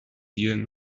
deal